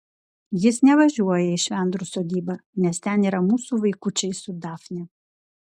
jis nevažiuoja į švendrų sodybą nes ten yra mūsų vaikučiai su dafne